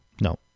No